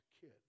kid